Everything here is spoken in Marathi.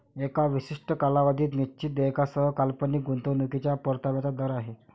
एका विशिष्ट कालावधीत निश्चित देयकासह काल्पनिक गुंतवणूकीच्या परताव्याचा दर आहे